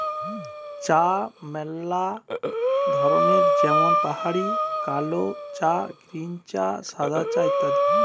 চা ম্যালা ধরনের যেমন পাহাড়ি কালো চা, গ্রীন চা, সাদা চা ইত্যাদি